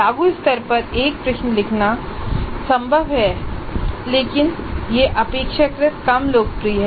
लागू स्तर पर एक प्रश्न लिखना संभव है लेकिन यह अपेक्षाकृत कम लोकप्रिय है